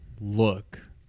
look